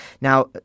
Now